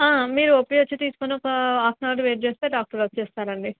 మీరు O P వచ్చి తీసుకొని ఒక హాఫ్ ఆన్ అవర్ వెయిట్ చేస్తే డాక్టర్ వచ్చేస్తారండి